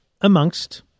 amongst